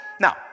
Now